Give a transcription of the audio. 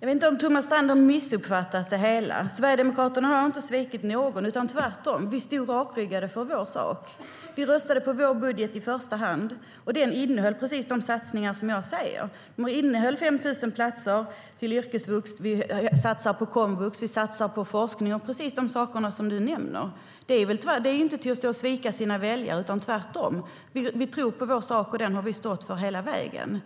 Jag vet inte om Thomas Strand har missuppfattat det hela. Sverigedemokraterna har inte svikit någon. Tvärtom stod vi rakryggade för vår sak. Vi röstade på vår budget i första hand, och den innehöll precis de satsningar jag sa. Den innehöll 5 000 platser till yrkesvux och satsningar på komvux, forskning och precis de saker du nämner. Det är inte att svika sina väljare utan tvärtom. Vi tror på vår sak, och den har vi stått för hela vägen.